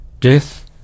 death